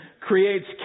creates